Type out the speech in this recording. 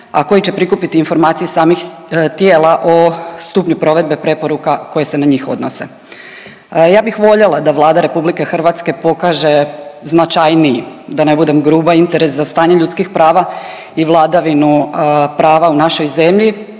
a koji će prikupiti informacije samih tijela o stupnju provedbe preporuka koje se na njih odnose. Ja bih voljela da Vlada RH pokaže značajniji da ne budem gruba interes za stanje ljudskih prava i vladavinu prava u našoj zemlji,